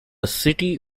city